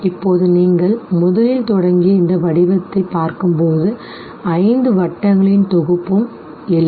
இப்போது நீங்கள் முதலில் தொடங்கிய இந்த வடிவத்தைப் பார்க்கும்போது ஐந்து வட்டங்களின் தொகுப்பும் இல்லை